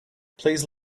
please